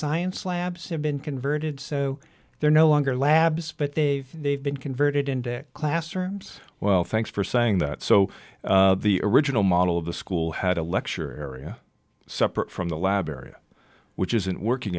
science labs have been converted so they're no longer labs but they they've been converted into classrooms well thanks for saying that so the original model of the school had a lecture area separate from the lab area which isn't working